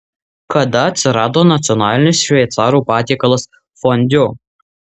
kada atsirado nacionalinis šveicarų patiekalas fondiu